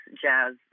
jazz